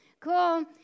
cool